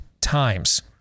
times